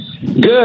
Good